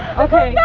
okay,